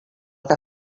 que